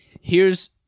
here's-